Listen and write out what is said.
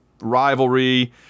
rivalry